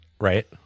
Right